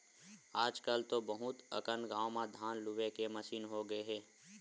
आजकल तो बहुत अकन गाँव म धान लूए के मसीन होगे हे